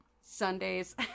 Sundays